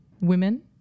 women